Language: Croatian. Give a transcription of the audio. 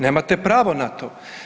Nemate pravo na to.